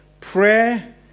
prayer